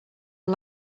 are